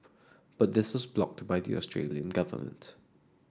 but this was blocked by the Australian government